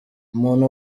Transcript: umuntu